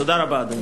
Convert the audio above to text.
תודה רבה, אדוני.